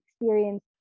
experience